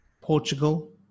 Portugal